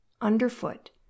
underfoot